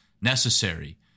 necessary